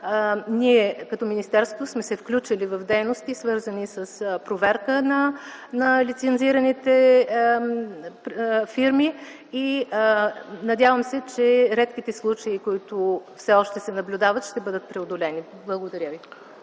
ние като министерство сме се включили в дейности, свързани с проверка на лицензираните фирми. Надявам се, че редките случаи, които все още се наблюдават, ще бъдат преодолени. Благодаря Ви.